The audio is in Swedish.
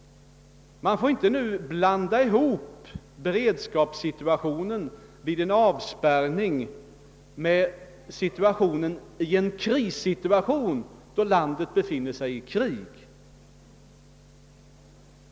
Vi får inte blanda ihop beredskapssituationen vid en avspärrning med den situation som uppstår när landet befinner sig i krig.